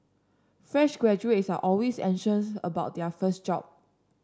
fresh graduates are always anxious about their first job